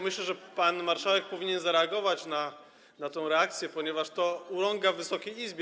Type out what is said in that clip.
Myślę, że pan marszałek powinien zareagować na tę reakcję, ponieważ to urąga Wysokiej Izbie.